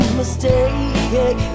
mistake